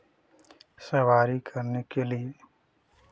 सवारी करने के लिए